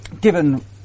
given